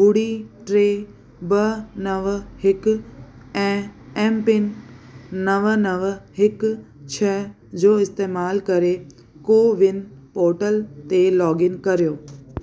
ॿुड़ी टे ॿ नव हिकु ऐं एम पिन नव नव हिकु छह जो इस्तैमालु करे कोविन पोर्टल ते लोगइन करियो